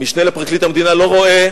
המשנה לפרקליט המדינה לא רואה,